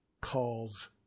calls